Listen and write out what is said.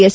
S